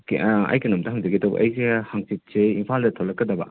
ꯀꯦ ꯑꯩ ꯀꯩꯅꯣꯝꯇ ꯍꯪꯖꯒꯦ ꯇꯧꯕ ꯑꯩꯁꯦ ꯍꯪꯆꯤꯠꯁꯦ ꯏꯝꯐꯥꯜꯗ ꯊꯣꯛꯂꯛꯀꯗꯕ